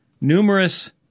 numerous